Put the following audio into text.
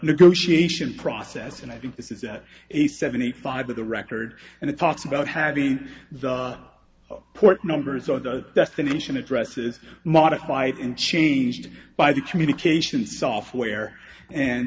negotiation process and i think this is at a seventy five with a record and it talks about having the port numbers or the destination addresses modified and changed by the communications software and